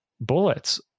bullets